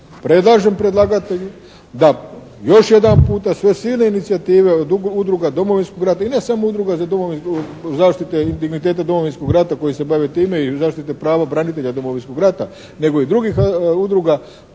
predlažem predlagatelju da još jedanputa sve silne inicijative od udruga Domovinskog rata i ne samo udruga zaštite legitimiteta Domovinskog rata koji se bavi time i zaštite prava branitelja Domovinskog rata nego i drugih udruga,